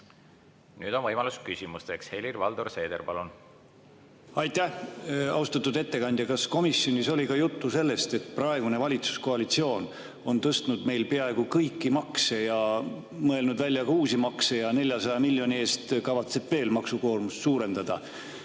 Nüüd on võimalus küsida. Helir-Valdor Seeder, palun! Aitäh, austatud ettekandja! Kas komisjonis oli ka juttu sellest, et praegune valitsuskoalitsioon on tõstnud peaaegu kõiki makse, mõelnud välja ka uusi makse ja 400 miljoni eest kavatseb veel maksukoormust suurendada?